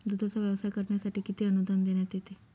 दूधाचा व्यवसाय करण्यासाठी किती अनुदान देण्यात येते?